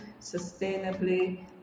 sustainably